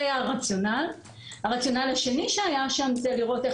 הרציונל השני שהיה שם היה לראות איך